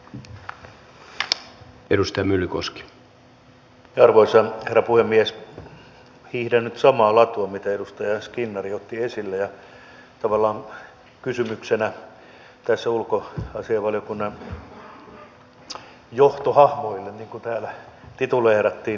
hiihdän nyt samaa latua kuin mitä edustaja skinnari otti esille ja tavallaan kysymys tässä ulkoasiainvaliokunnan johtohahmoille niin kuin täällä tituleerattiin